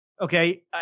okay